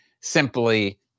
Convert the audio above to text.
simply –